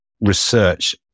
research